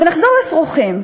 ונחזור לשרוכים.